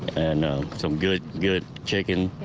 and some good, good chicken.